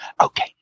Okay